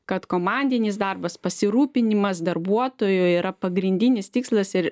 kad komandinis darbas pasirūpinimas darbuotoju yra pagrindinis tikslas ir